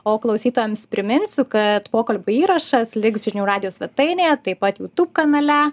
o klausytojams priminsiu kad pokalbio įrašas liks žinių radijo svetainėje taip pat youtube kanale